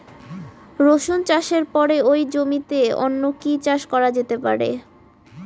রসুন চাষের পরে ওই জমিতে অন্য কি চাষ করা যেতে পারে?